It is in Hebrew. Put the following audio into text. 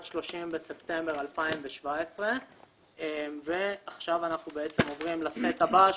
30 בספטמבר 2017. אנחנו עוברים לסט הבא,